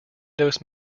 dose